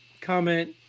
comment